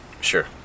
Sure